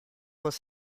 was